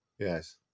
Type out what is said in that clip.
Yes